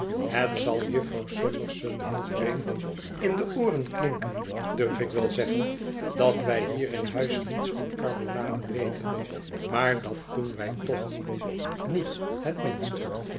het zal jufvrouw summerson heel vreemd in de ooren klinken durf ik wel zeggen dat wij hier in huis niets van karb'onaden weten maar dat doen wij toch niet niet het minste